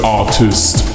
artist